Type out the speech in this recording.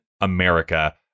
America